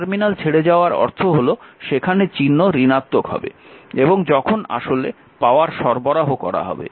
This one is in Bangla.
টার্মিনাল ছেড়ে যাওয়ার অর্থ হল সেখানে চিহ্ন ঋণাত্মক হবে এবং যখন আসলে পাওয়ার সরবরাহ করা হবে